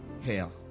hell